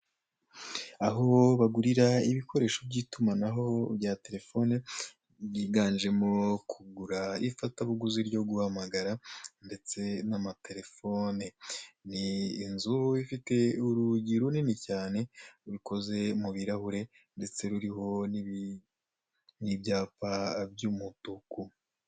Aho bagurira ibikoresho by'itumanaho bya telefone, byiganjemo kugura ifatabuguzi ryo gumahagara, ndetse n'amatelefone. Ni inzu ifiite urugi runini cyane, rukoze mu birahure, ndetse ruriho n'ibyapa by'umutuku.